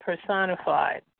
personified